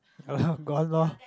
gone lor